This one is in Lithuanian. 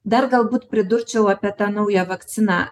dar galbūt pridurčiau apie tą naują vakciną